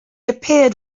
appeared